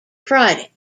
friday